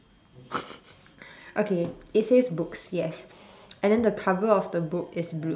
okay it says books yes and then the cover of the book is blue